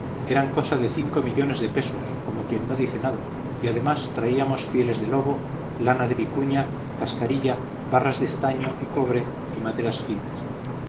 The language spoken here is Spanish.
eran cosa de cinco millones de pesos como quien no dice nada y además traíamos pieles de lobo lana de vicuña cascarilla barras de estaño y cobre y maderas finas